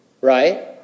right